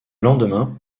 lendemain